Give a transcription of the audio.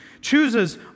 chooses